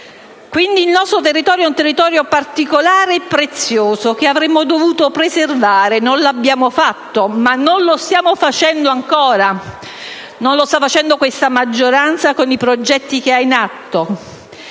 Quindi il nostro è un territorio particolare e prezioso, che avremmo dovuto preservare; non l'abbiamo fatto e non lo stiamo facendo ancora. Non lo sta facendo questa maggioranza con i progetti che ha in atto.